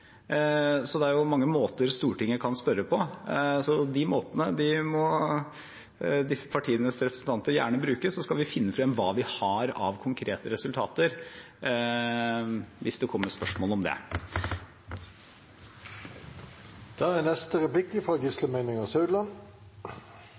Det er mange måter Stortinget kan spørre på, og de måtene må disse partienes representanter gjerne bruke, så skal vi finne frem hva vi har av konkrete resultater hvis det kommer spørsmål om det.